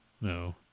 No